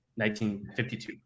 1952